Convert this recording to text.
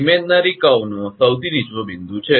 કાલ્પનિક વળાંકનો સૌથી નીચો બિંદુ છે